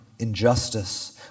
Injustice